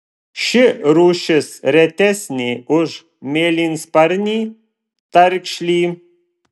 ši rūšis retesnė už mėlynsparnį tarkšlį